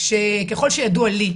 שככל שידוע לי,